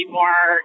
more